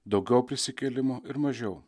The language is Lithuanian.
daugiau prisikėlimo ir mažiau